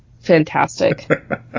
Fantastic